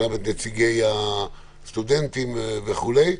גם את נציגי הסטודנטים וכו'.